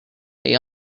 they